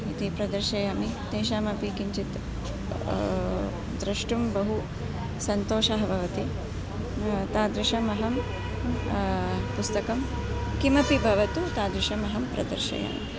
इति प्रदर्शयामि तेषामपि किञ्चित् द्रष्टुं बहु सन्तोषः भवति तादृशम् अहं पुस्तकं किमपि भवतु तादृशम् अहं प्रदर्शयामि